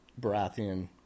Baratheon